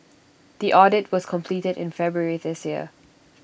the audit was completed in February this year